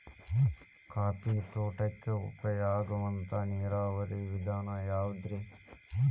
Coffee ತೋಟಕ್ಕ ಉಪಾಯ ಆಗುವಂತ ನೇರಾವರಿ ವಿಧಾನ ಯಾವುದ್ರೇ?